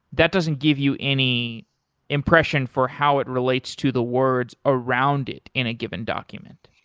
that doesn't give you any impression for how it relates to the words around it in a given document.